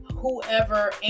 whoever